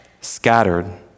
scattered